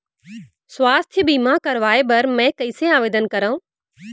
स्वास्थ्य बीमा करवाय बर मैं कइसे आवेदन करव?